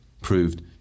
proved